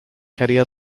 career